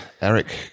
Eric